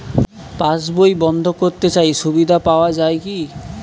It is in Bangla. পাশ বই বন্দ করতে চাই সুবিধা পাওয়া যায় কি?